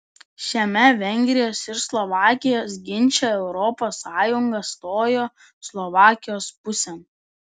šiame vengrijos ir slovakijos ginče europos sąjunga stojo slovakijos pusėn